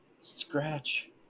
scratch